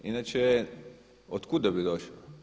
Inače otkuda bi došao?